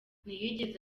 ntiyigeze